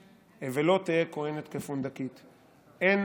מבקש: "ולא תהא כוהנת כפונדקית" אין